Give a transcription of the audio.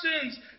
sins